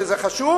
שזה חשוב